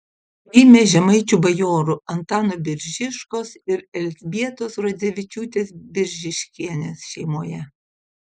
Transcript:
gimė žemaičių bajorų antano biržiškos ir elzbietos rodzevičiūtės biržiškienės šeimoje